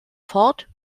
fort